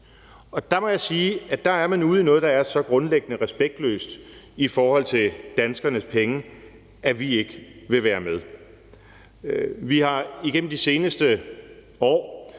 Der må jeg sige, at man er ude i noget, der er så grundlæggende respektløst i forhold til danskernes penge, at vi ikke vil være med. Vi har igennem de seneste år